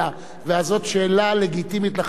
וזאת שאלה לגיטימית לחלוטין,